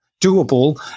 doable